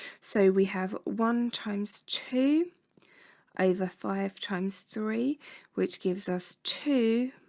so we have one times two over? five times three which gives us two